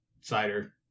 cider